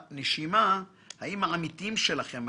האם העמיתים שלכם,